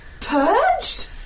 purged